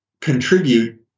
contribute